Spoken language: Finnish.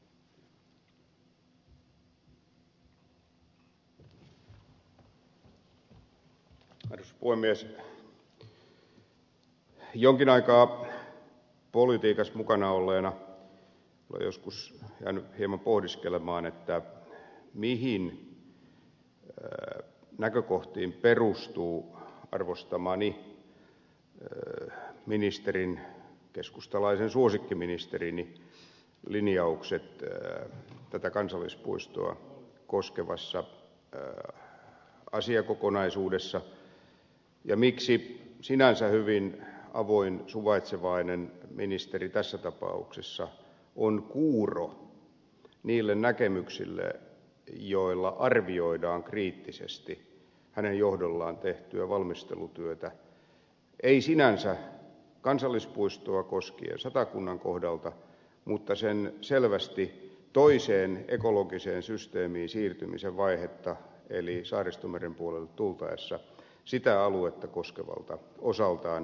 jonkin aikaa politiikassa mukana olleena olen joskus jäänyt hieman pohdiskelemaan mihin näkökohtiin perustuvat arvostamani ministerin keskustalaisen suosikkiministerini linjaukset tätä kansallispuistoa koskevassa asiakokonaisuudessa ja miksi sinänsä hyvin avoin suvaitsevainen ministeri tässä tapauksessa on kuuro niille näkemyksille joilla arvioidaan kriittisesti hänen johdollaan tehtyä valmistelutyötä ei sinänsä koskien kansallispuistoa satakunnan kohdalta mutta koskien sen selvästi toiseen ekologiseen systeemiin siirtymisen vaihetta eli saaristomeren puolelle tultaessa sitä aluetta koskevalta puolta